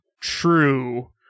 true